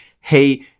hey